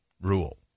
rule